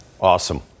Awesome